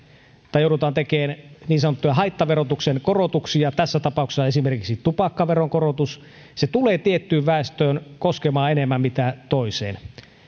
tai joudutaan tekemään niin sanottuja haittaverotuksen korotuksia tässä tapauksessa esimerkiksi tupakkaveron korotus se tulee tiettyyn väestöön koskemaan enemmän kuin toiseen